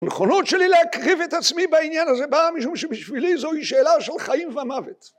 נכונות שלי להקריב את עצמי בעניין הזה באה משום שבשבילי זוהי שאלה של חיים ומוות